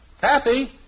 Kathy